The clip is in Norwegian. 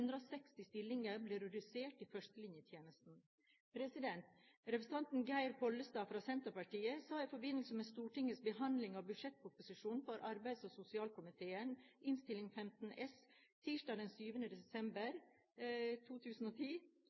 blir redusert med 160 stillinger i førstelinjetjenesten. Representanten Geir Pollestad fra Senterpartiet sa i forbindelse med Stortingets behandling av budsjettproposisjonen fra Arbeidsdepartementet – Innst. 15 S – tirsdag den 7. desember 2010